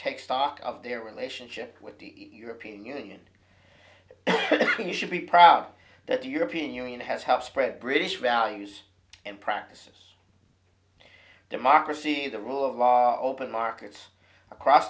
take stock of their relationship with the european union we should be proud that the european union has helped spread british values and practice democracy the rule of law open markets across